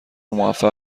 موفق